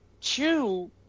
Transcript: Two